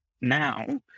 now